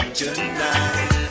tonight